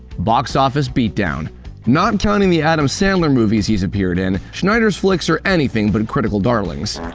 box office beatdown not counting the adam sandler movies he's appeared in, schneider's flicks are anything but critical darlings.